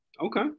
Okay